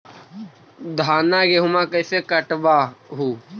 धाना, गेहुमा कैसे कटबा हू?